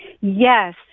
Yes